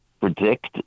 predict